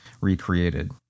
recreated